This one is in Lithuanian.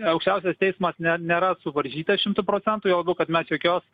aukščiausias teismas ne nėra suvaržytas šimtu procentų juo labiau kad mes jokios